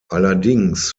allerdings